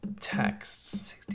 texts